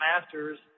master's